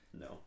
No